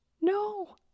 No